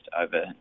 over